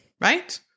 right